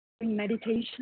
meditation